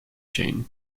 jane